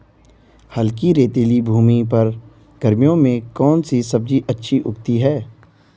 हल्की रेतीली भूमि पर गर्मियों में कौन सी सब्जी अच्छी उगती है?